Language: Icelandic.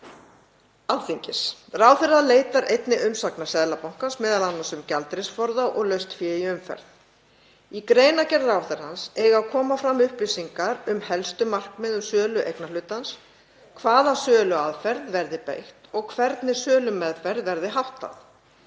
Alþingis. Ráðherra leitar einnig umsagnar Seðlabankans, m.a. um gjaldeyrisforða og laust fé í umferð. Í greinargerð ráðherrans eiga að koma fram upplýsingar um helstu markmið um sölu eignarhlutarins, hvaða söluaðferð verði beitt og hvernig sölumeðferð verði háttað.